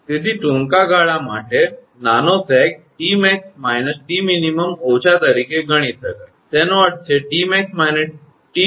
તેથી ટૂંકા ગાળા માટે નાનો સેગ 𝑇𝑚𝑎𝑥 − 𝑇𝑚𝑖𝑛 ઓછા તરીકે ગણી શકાય તેનો અર્થ છે 𝑇𝑚𝑎𝑥 − 𝑇𝑚𝑖𝑛 𝑊𝑑